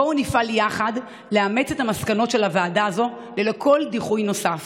בואו נפעל יחד לאמץ את המסקנות של הוועדה הזו ללא כל דיחוי נוסף,